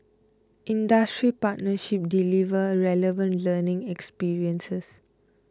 industry partnerships deliver relevant learning experiences